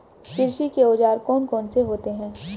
कृषि के औजार कौन कौन से होते हैं?